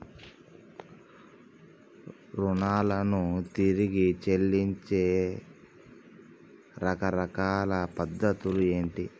రుణాలను తిరిగి చెల్లించే రకరకాల పద్ధతులు ఏంటి?